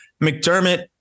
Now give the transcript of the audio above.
McDermott